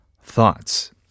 thoughts